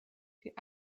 die